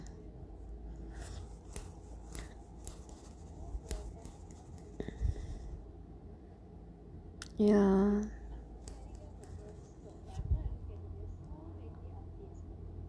ya